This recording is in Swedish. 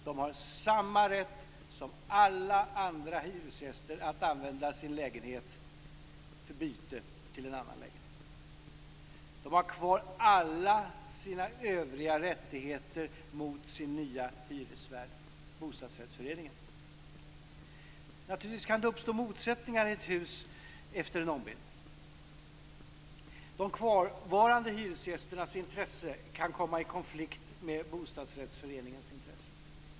De har samma rätt som alla andra hyresgäster att använda sin lägenhet för byte till en annan lägenhet. De har kvar alla sina övriga rättigheter mot sin nya hyresvärd - bostadsrättsföreningen. Naturligtvis kan det uppstå motsättningar i ett hus efter en ombildning. De kvarvarande hyresgästernas intresse kan komma i konflikt med bostadsrättsföreningens intressen.